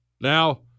Now